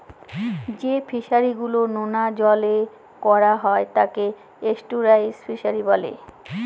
যে ফিশারি গুলো নোনা জলে করা হয় তাকে এস্টুয়ারই ফিশারি বলে